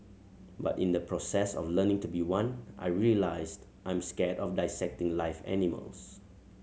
but in the process of learning to be one I realised I'm scared of dissecting live animals